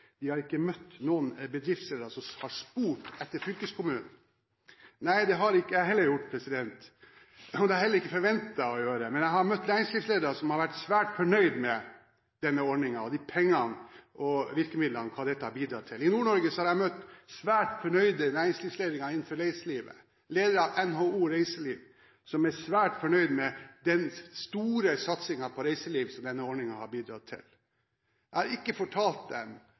de har ikke møtt noen bedriftsledere som har spurt etter fylkeskommunen. Nei, det har ikke jeg heller gjort, og det hadde jeg heller ikke forventet å gjøre. Men jeg har møtt næringslivsledere som har vært svært fornøyd med denne ordningen og pengene og virkemidlene og hva dette har bidratt til. I Nord-Norge har jeg møtt svært fornøyde næringslivsledere innenfor reiseliv og leder av NHO Reiseliv, som er svært fornøyd med den store satsingen på reiseliv som denne ordningen har bidratt til. Jeg har ikke fortalt dem